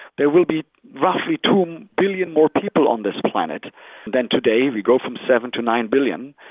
there will be roughly two um billion more people on this planet than today. we grow from seven to nine billion.